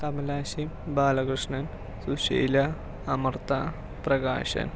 Kamalakshi Balakrishnan Sushila Amrita Prakashan